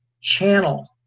channel